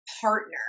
partner